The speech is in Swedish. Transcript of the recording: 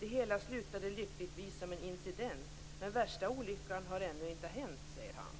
Det hela slutade lyckligtvis som en incident, men värsta olyckan har ännu inte hänt, säger han."